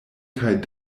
kaj